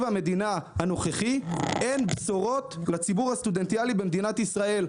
המדינה הנוכחי אין בשורות לציבור הסטודנטיאלי במדינת ישראל.